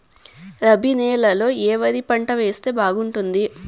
రబి నెలలో ఏ వరి పంట వేస్తే బాగుంటుంది